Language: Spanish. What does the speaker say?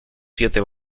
siete